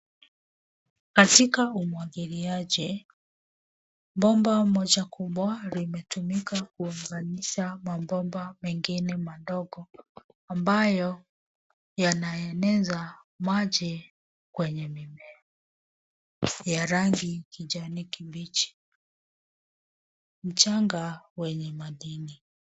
Katika umwangiliaji, bomba moja kubwa limetumika kuunganisha mabomba mengine madogo ambayo yanaeneza maji kwenye mimea ya rangi ya kijani kibichi, mchanga wenye madini.